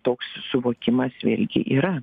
toks suvokimas irgi yra